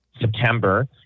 September